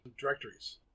Directories